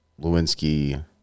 lewinsky